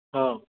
ହଉ